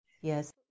Yes